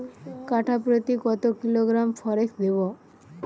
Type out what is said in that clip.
কাঠাপ্রতি কত কিলোগ্রাম ফরেক্স দেবো?